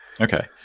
Okay